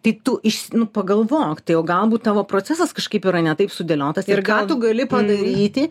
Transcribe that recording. tai tu iš nu pagalvok tai o galbūt tavo procesas kažkaip yra ne taip sudėliotas ir ką tu gali padaryti